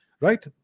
right